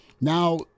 now